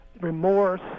remorse